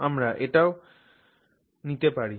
আমরা এটাকেও নিতে পারি